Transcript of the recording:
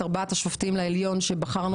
אני מכבדת את ארבעת השופטים לעליון שבחרנו